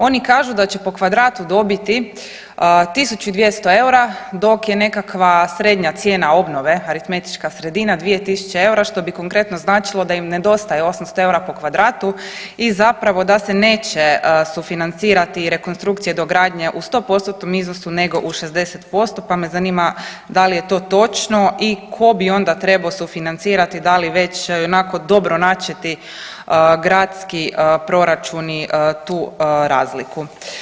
Oni kažu da će po kvadratu dobiti 1.200 eura dok je nekakva srednja cijena obnove, aritmetička sredina 2.000 eura što bi konkretno značilo da im nedostaje 800 eura po kvadratu i zapravo da se neće sufinancirati rekonstrukcija dogradnje u 100%-tnom iznosu nego u 60% pa me zanima da li je to točno i ko bi onda trebao sufinancirati, da li već i onako dobro načeti gradski proračuni tu razliku.